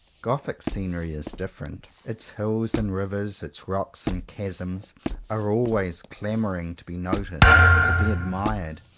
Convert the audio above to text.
gothic scenery is different. its hills and rivers, its rocks and chasms are always clamouring to be noticed, to be admired.